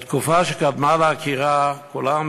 בתקופה שקדמה לעקירה כולם